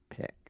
pick